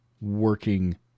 working